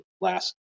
last